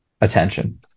attention